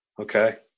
Okay